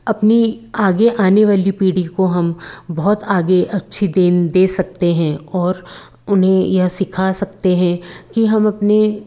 अपनी आगे आने वाली पीढ़ी को हम बहुत आगे अच्छी देन दे सकते हैं और उन्हें ये सीखा सकते हैं कि हम अपने